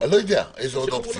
אני לא יודע איזה עוד אופציות.